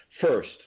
First